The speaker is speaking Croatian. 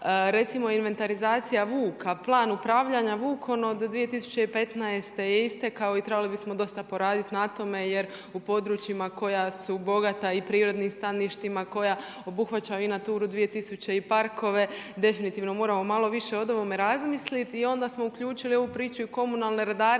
recimo inventarizacija vuka, plan upravljanja vukom od 2015. je istekao i trebali bismo dosta poraditi na tome jer u područjima koja su bogata i prirodnim staništima, koja obuhvaćaju i NATURA-u 2000. i parkove definitivno moramo malo više o ovome razmisliti. I onda smo uključili u ovu priču i komunalne redare.